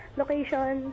location